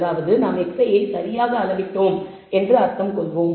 அதாவது நாம் xi ஐ சரியாக அளவிட்டோம் என அர்த்தம் கொள்வோம்